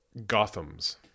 Gothams